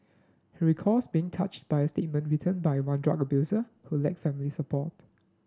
he recalls being touched by a statement written by one drug abuser who lacked family support